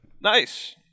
Nice